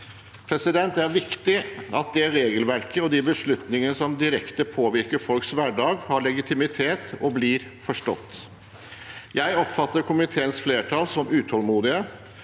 vurderinger. Det er viktig at det regelverket og de beslutninger som direkte påvirker folks hverdag, har legitimitet og blir forstått. Jeg oppfatter komiteens flertall som utålmodig